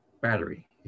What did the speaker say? Battery